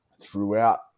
throughout